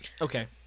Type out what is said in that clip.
okay